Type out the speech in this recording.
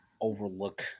overlook